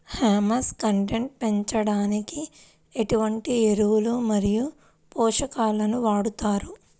Humus content పెంచడానికి ఎటువంటి ఎరువులు మరియు పోషకాలను వాడతారు?